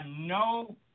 no